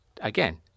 again